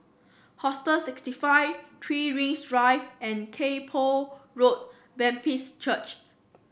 Hostel sixty five Three Rings Drive and Kay Poh Road Baptist Church